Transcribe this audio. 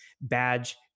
badge